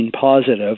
positive